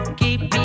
keep